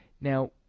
now